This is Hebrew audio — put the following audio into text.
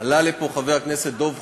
עלה לפה חבר הכנסת דב חנין,